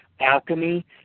alchemy